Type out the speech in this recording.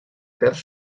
terç